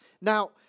Now